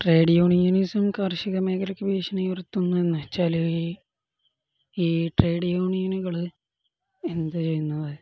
trade യൂണിയനസും കാർഷിക മേഖലക്ക് ഭീഷണി ഉയർത്തുന്നു എന്ന് വെച്ചാൽ ഈ ട്രേഡ് യൂണിയനുകൾ എന്ത് ചെയ്യുന്നത്